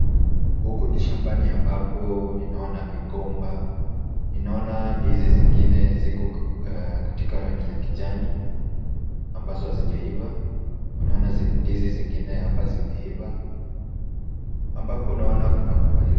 Huku ni shambani ambapo ninaona migomba, ninaona ndizi zingine ziko katika rangi ya kijani ambazo hazijaiva, naona ndizi zingine hapa zimeiva, ambapo naona kuna kupali.